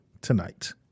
tonight